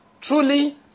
Truly